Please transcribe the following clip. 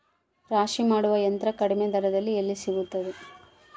ರಾಶಿ ಮಾಡುವ ಯಂತ್ರ ಕಡಿಮೆ ದರದಲ್ಲಿ ಎಲ್ಲಿ ಸಿಗುತ್ತದೆ?